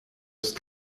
ist